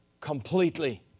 completely